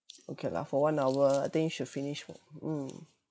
okay lah for one hour I think you should finish for mm